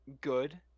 good